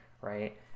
right